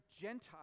Gentiles